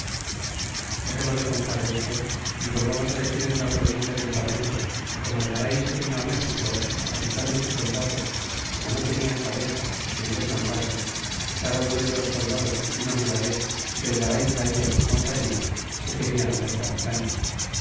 dexernos de contar desto y volvamos decir de la provincia del panuco que como el garay se vino méxico y sus capitanes y soldados como no tenian cabeza ni quien les mandase cada uno de los soldados que aquí nombraré que el garay traia en su cernparda se querian hacer capitanes